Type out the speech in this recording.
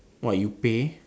what you pay